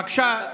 בבקשה,